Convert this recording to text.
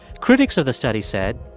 critics of the study said,